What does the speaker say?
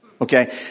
Okay